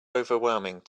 overwhelming